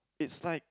it's like